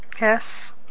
Yes